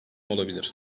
olabilir